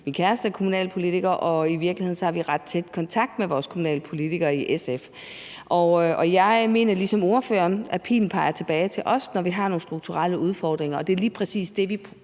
min kæreste er kommunalpolitiker, og i virkeligheden har vi ret tæt kontakt med vores kommunalpolitikere i SF. Jeg mener ligesom ordføreren, at pilen peger tilbage på os, når vi har nogle strukturelle udfordringer, og det er lige præcis det, vi